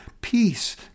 peace